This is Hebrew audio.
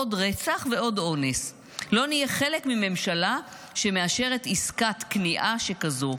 עוד רצח ועוד אונס --- לא נהיה חלק מממשלה שמאשרת עסקת כניעה שכזו,